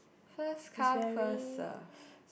first come first serve